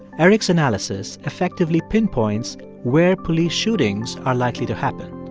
eric's analysis effectively pinpoints where police shootings are likely to happen.